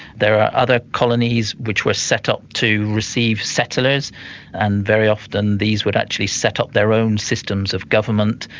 there are other colonies which were set up to receive settlers and very often these would actually set up their own systems of government,